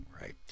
Right